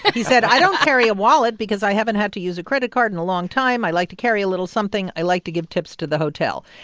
he said i don't carry a wallet because i haven't had to use a credit card in a long time. i like to carry a little something. i like to give tips to the hotel.